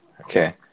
Okay